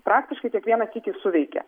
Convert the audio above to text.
praktiškai kiekvieną sykį suveikia